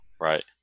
right